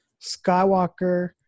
Skywalker